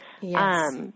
Yes